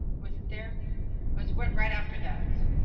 was it there was weren't right after that.